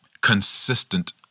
consistent